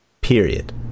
Period